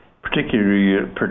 particularly